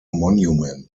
monument